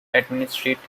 administrative